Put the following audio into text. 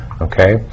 okay